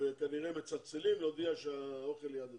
וכנראה מצלצלים להודיע שהאוכל ליד הדלת.